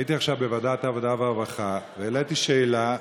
הייתי עכשיו בוועדת העבודה והרווחה והעליתי שאלה,